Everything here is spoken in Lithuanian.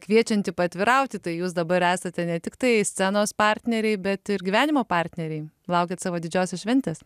kviečianti paatvirauti tai jūs dabar esate ne tiktai scenos partneriai bet ir gyvenimo partneriai laukiate savo didžiosios šventės